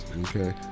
Okay